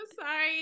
sorry